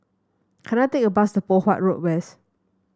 can I take a bus to Poh Huat Road West